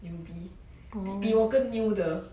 newbie 比我更 new 的